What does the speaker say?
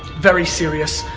very serious.